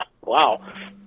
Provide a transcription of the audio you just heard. Wow